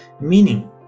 meaning